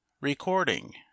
Recording